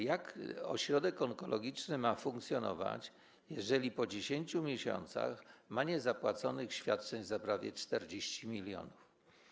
Jak ośrodek onkologiczny ma funkcjonować, jeżeli po 10 miesiącach ma niezapłaconych świadczeń za prawie 40 mln?